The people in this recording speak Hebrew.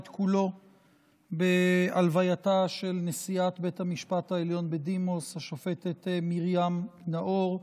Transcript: כולו בהלווייתה של נשיאת בית המשפט העליון בדימוס השופטת מרים נאור.